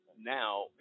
now